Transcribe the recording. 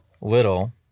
little